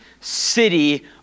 city